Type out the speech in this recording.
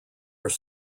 are